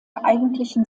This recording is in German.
eigentlichen